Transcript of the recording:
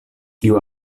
kiu